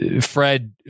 Fred